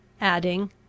adding